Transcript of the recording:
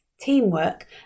teamwork